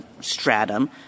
stratum